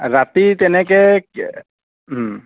ৰাতি তেনেকৈ